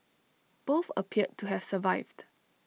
both appeared to have survived